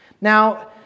Now